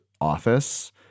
office